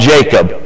Jacob